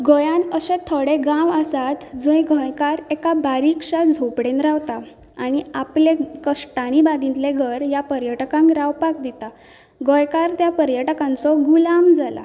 गोंयांत अशे थोडे गांव आसात जंय गोंयकार एका बारीकश्या झोंपडेंत रावतात आनी आपल्या कश्टांनी बांदिल्लें घर ह्या पर्यटकांक रावपाक दितात गोंयकार त्या पर्यटकांचो गुलाम जाला